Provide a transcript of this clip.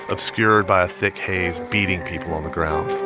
obscured by a thick haze, beating people on the ground